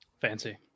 fancy